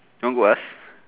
you want go ask